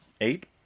eight